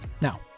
Now